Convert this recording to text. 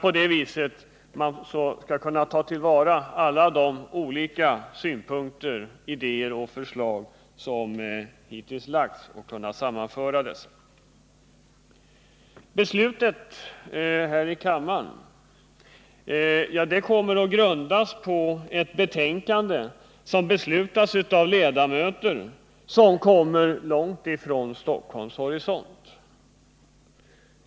På det sättet kan alla olika synpunkter, idéer och förslag tillvaratas och sammanföras. Det beslut som nu skall fattas av kammaren kommer att grundas på ett betänkande, som har formulerats av ledamöter vilka kommer långt från Stockholms horisont.